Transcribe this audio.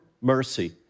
mercy